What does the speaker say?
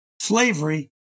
slavery